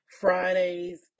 Friday's